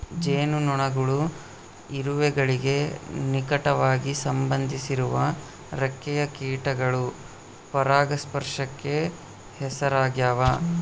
ಜೇನುನೊಣಗಳು ಇರುವೆಗಳಿಗೆ ನಿಕಟವಾಗಿ ಸಂಬಂಧಿಸಿರುವ ರೆಕ್ಕೆಯ ಕೀಟಗಳು ಪರಾಗಸ್ಪರ್ಶಕ್ಕೆ ಹೆಸರಾಗ್ಯಾವ